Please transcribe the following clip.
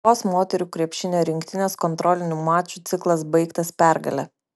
lietuvos moterų krepšinio rinktinės kontrolinių mačų ciklas baigtas pergale